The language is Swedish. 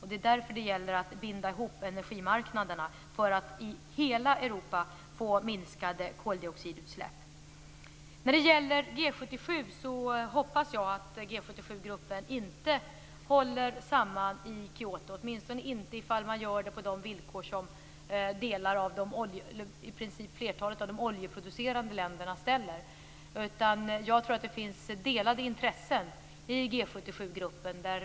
Det är därför det gäller att binda ihop energimarknaderna för att få minskade koldioxidutsläpp i hela Europa. När det gäller G 77, hoppas jag att gruppen inte håller samman i Kyoto, åtminstone inte om man gör det på de villkor som i princip flertalet av de oljeproducerande länderna ställer. Jag tror att det finns delade intressen i G 77-gruppen.